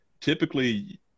typically